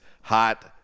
Hot